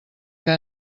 que